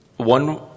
one